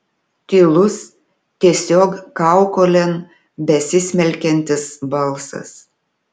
tylus tiesiog kaukolėn besismelkiantis balsas